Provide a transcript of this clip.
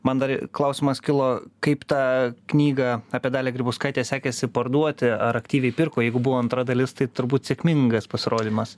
man dar klausimas kilo kaip tą knygą apie dalią grybauskaitę sekėsi parduoti ar aktyviai pirko jeigu buvo antra dalis tai turbūt sėkmingas pasirodymas